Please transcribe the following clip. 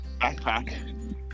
backpack